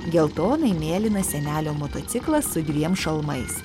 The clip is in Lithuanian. geltonai mėlynas senelio motociklas su dviem šalmais